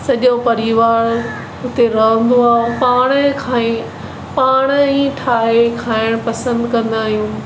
सॼो परिवार उते रहंदो आहे पाणई खाई पाण ई ठाहे खाइण पसंदि कंदा आहियूं